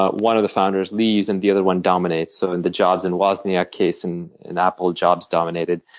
ah one of the founders leaves and the other one dominates. so in the jobs and wozniak case in in apple, jobs dominated.